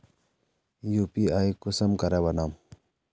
UPI कुंसम करे बनाम?